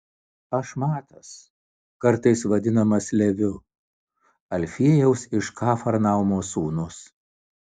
aš matas kartais vadinamas leviu alfiejaus iš kafarnaumo sūnus